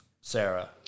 Sarah